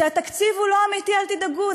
שהתקציב הוא לא אמיתי: אל תדאגו,